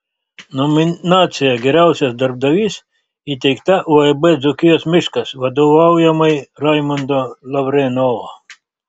nominacija geriausias darbdavys įteikta uab dzūkijos miškas vadovaujamai raimundo lavrenovo